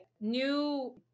new